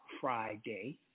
Friday